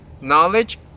knowledge